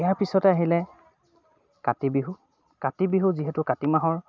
ইয়াৰ পিছতে আহিলে কাতি বিহু কাতি বিহু যিহেতু কাতি মাহৰ